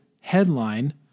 headline